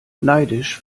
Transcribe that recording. neidisch